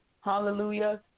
Hallelujah